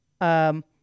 Um-